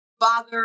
father